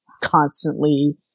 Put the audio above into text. constantly